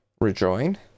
rejoin